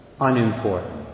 unimportant